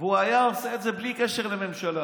והוא היה עושה את זה בלי קשר לממשלה.